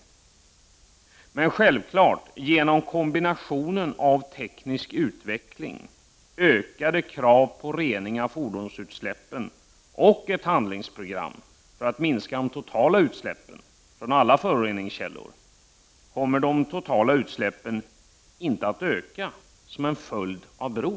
Men de totala utsläppen kommer självfallet inte att öka, detta genom en kombination av teknisk utveckling, ökade krav på rening av fordonsutsläppen och ett handlingsprogram för att minska de totala utsläppen från alla föroreningskällor.